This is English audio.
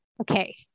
Okay